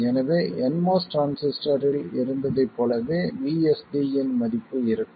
எனவே nMOS டிரான்சிஸ்டரில் இருந்ததைப் போலவே VSD இன் மதிப்பு இருக்கும்